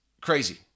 crazy